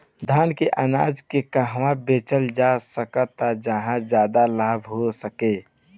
धान के अनाज के कहवा बेचल जा सकता जहाँ ज्यादा लाभ हो सके?